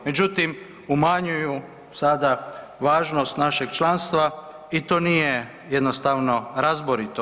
Međutim, umanjuju sada važnost našeg članstva i to nije jednostavno razborito.